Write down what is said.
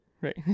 right